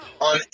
on